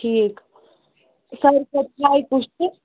ٹھیٖک سارے